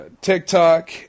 TikTok